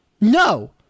No